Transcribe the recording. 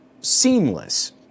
seamless